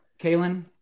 Kaylin